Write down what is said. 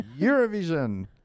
Eurovision